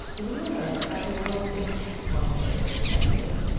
we'll learn about the world in which he formulated his ideas.